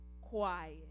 quiet